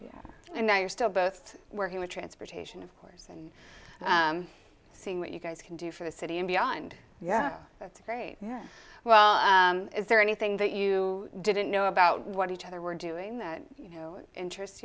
design and now you're still both working with transportation of course and seeing what you guys can do for the city and beyond yeah that's a very yeah well is there anything that you didn't know about what each other were doing that you know interest